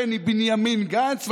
בני בנימין גנץ,